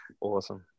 Awesome